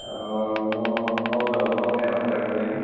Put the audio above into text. म आउँदो आउने हप्ताको लागि